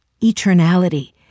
eternality